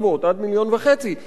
עד 1.5 מיליון,